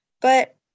But-